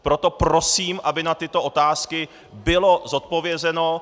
Proto prosím, aby na tyto otázky bylo odpovězeno.